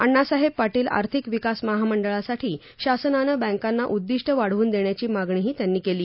अण्णासाहेब पाटील आर्थिक विकास महामंडळासाठी शासनानं बँकांना उद्दिष्ट वाढवून देण्याची मागणीही त्यांनी केली